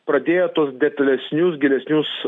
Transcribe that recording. pradėjo tuos detalesnius gilesnius